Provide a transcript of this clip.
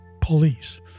police